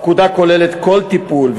הפקודה כוללת כל טיפול,